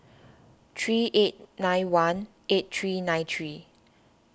three eight nine one eight three nine three